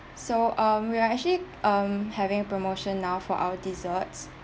so um we are actually um having a promotion now for our desserts